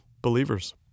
believers